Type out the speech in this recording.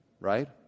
right